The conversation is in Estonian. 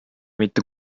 mitte